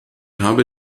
habe